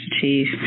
Chief